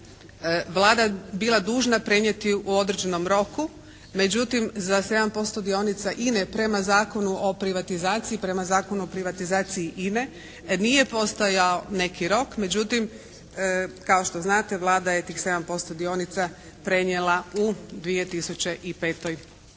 Vlada bila dužna prenijeti u određenom roku. Međutim za 7% dionica INA-e prema Zakonu o privatizaciji, prema Zakonu o privatizaciji INA-e nije postojao neki rok. Međutim kao što znate Vlada je tih 7% dionica prenijela u 2005. godini.